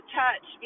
touch